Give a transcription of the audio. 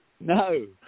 No